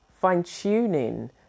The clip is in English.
fine-tuning